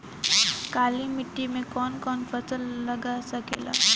काली मिट्टी मे कौन कौन फसल लाग सकेला?